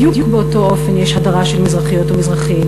בדיוק באותו אופן יש הדרה של מזרחיות ומזרחים,